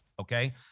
okay